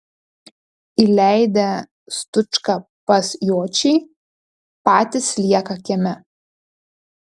įleidę stučką pas jočį patys lieka kieme